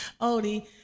Odie